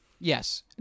Yes